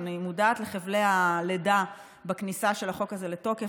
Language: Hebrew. אני מודעת לחבלי הלידה בכניסה של החוק הזה לתוקף,